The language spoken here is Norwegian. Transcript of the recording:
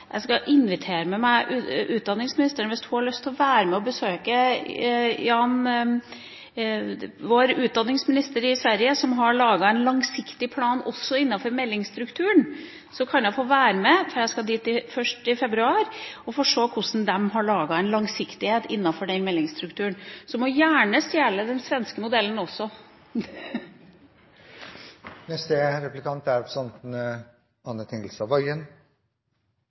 invitere med meg utdanningsministeren – hvis hun har lyst til å være med – til å besøke vår utdanningsminister i Sverige, som har laget en langsiktig plan også innenfor meldingsstrukturen. Jeg skal dit i februar og få se hvordan de har laget en langsiktighet innenfor meldingsstrukturen. Hun må gjerne stjele den svenske modellen også. Jeg synes vi så langt i denne runden har fått i alle fall én avklaring fra opposisjonen, og mitt inntrykk er